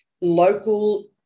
local